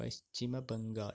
Paschim Bangal